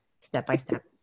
step-by-step